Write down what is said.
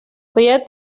باید